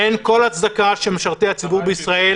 אין כל הצדקה שמשרתי הציבור בישראל